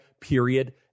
period